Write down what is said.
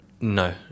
No